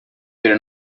però